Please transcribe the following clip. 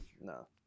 no